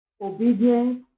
obedience